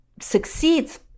succeeds